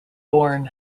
born